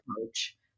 approach